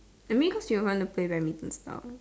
I mean cause you want to play badminton style